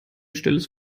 stilles